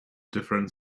different